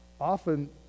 Often